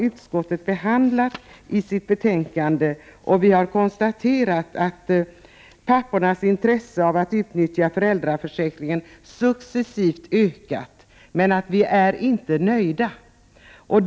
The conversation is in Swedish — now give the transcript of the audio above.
Utskottet har konstaterat att pappornas intresse av att utnyttja föräldraförsäkringen successivt ökat men att vi inte är nöjda.